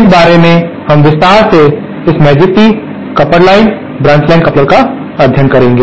इस बारे में हम विस्तार से इस मैजिक टी कपल लाइन और ब्रांच लाइन का अध्ययन करेंगे